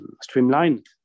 streamlined